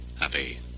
happy